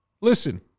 listen